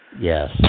Yes